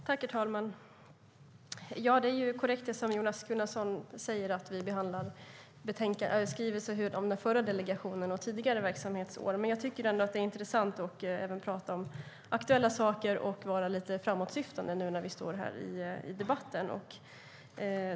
Herr talman! Det är korrekt, det som Jonas Gunnarsson säger, att vi behandlar skrivelsen om den förra delegationen och tidigare verksamhetsår. Jag tycker ändå att det är intressant att även tala om aktuella saker och att vara lite framåtsyftande nu när vi står här i debatten.